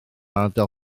ardal